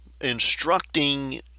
instructing